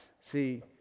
See